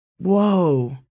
Whoa